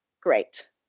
great